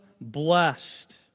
blessed